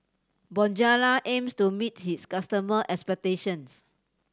bonjela aims to meet its customers' expectations